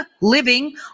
living